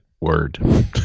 word